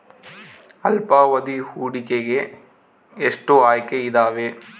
ಅಲ್ಪಾವಧಿ ಹೂಡಿಕೆಗೆ ಎಷ್ಟು ಆಯ್ಕೆ ಇದಾವೇ?